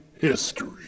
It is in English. History